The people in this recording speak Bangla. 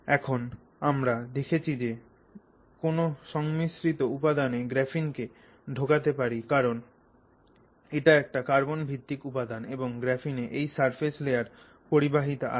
এখন আমরা দেখেছি যে যে কোন সংমিশ্রিত উপাদানে গ্রাফিন কে ঢোকাতে পারি কারণ এটা একটা কার্বন ভিত্তিক উপাদান এবং গ্রাফিনে এই সারফেস লেয়ার পরিবাহিতা আছে